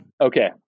Okay